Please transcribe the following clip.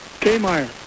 K-Meyer